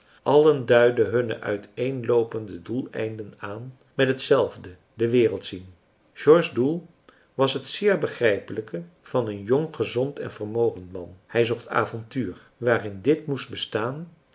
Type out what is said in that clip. allen duiden hunne uiteenloopende doeleinden aan met hetzelfde de wereld zien george's doel was het zeer begrijpelijke van een jong gezond en vermogend man hij zocht avontuur waarin dit moest bestaan